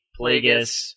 Plagueis